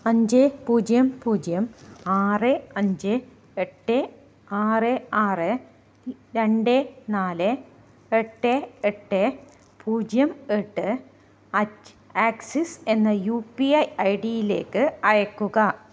അഞ്ച് പൂജ്യം പൂജ്യം ആറ് അഞ്ച് എട്ട് ആറ് ആറ് രണ്ട് നാല് എട്ട് എട്ട് പൂജ്യം എട്ട് അറ്റ് ആക്സിസ് എന്ന യു പി ഐ ഐ ഡിയിലേക്ക് അയയ്ക്കുക